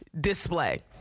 Display